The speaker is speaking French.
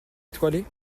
étoilé